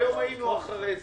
היום היינו אחרי זה.